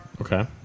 Okay